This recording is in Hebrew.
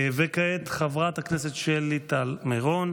וכעת חברת הכנסת שלי טל מירון,